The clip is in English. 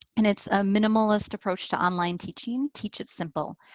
and it's a minimalist approach to online teaching, teach it simple.